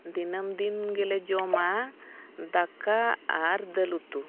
ᱫᱤᱱᱟᱹᱢ ᱫᱤᱱ ᱜᱮᱞᱮ ᱡᱚᱢᱟ ᱫᱟᱠᱟ ᱟᱨ ᱫᱟᱹᱞ ᱩᱛᱩ